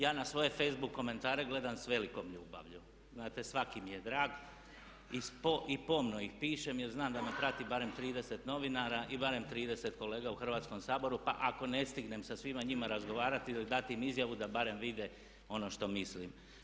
Ja na svoje facebook komentare gledam sa velikom ljubavlju, znate svaki mi je drag i pomno ih pišem jer znam da me prati barem 30 novinara i barem 30 kolega u Hrvatskom saboru pa ako ne stignem sa svima njima razgovarati ili dati im izjavu da barem vide ono što mislim.